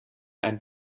einen